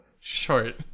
Short